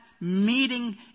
meeting